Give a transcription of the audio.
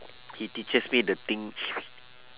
he teaches me the thing